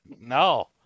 No